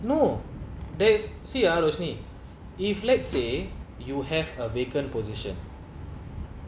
no there's see ah rosene if let's say you have a vacant position